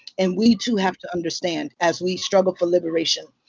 and we too have to understand. as we struggle for liberation.